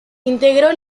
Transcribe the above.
integró